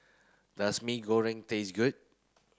does Mee Goreng taste good